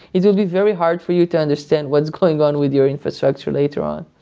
it would be very hard for you to understand what's going on with your infrastructure later on.